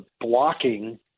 blocking